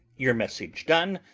your message done,